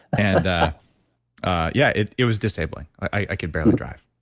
and yeah, it it was disabling. i could barely drive.